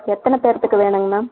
எத்தனை பேர்த்துக்கு வேணுங்க மேம்